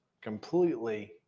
completely